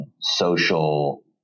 social